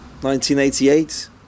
1988